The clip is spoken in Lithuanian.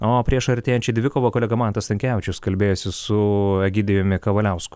o prieš artėjančią dvikovą kolega mantas stankevičius kalbėjosi su egidijumi kavaliausku